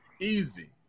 Easy